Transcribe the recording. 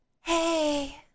Hey